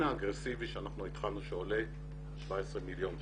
האגרסיבי שאנחנו התחלנו בו השנה והוא עולה 17 מיליון שקלים.